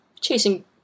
chasing